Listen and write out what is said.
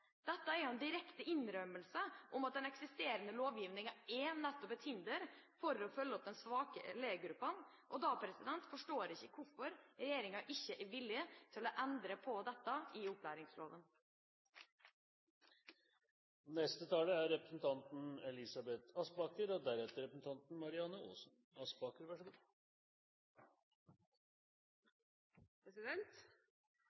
Dette er jo en direkte innrømmelse av at den eksisterende lovgivingen nettopp er til hinder for å følge opp de svakere elevgruppene. Da forstår jeg ikke hvorfor regjeringa ikke er villig til å endre på dette i opplæringsloven.